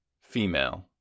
Female